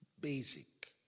Basic